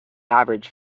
average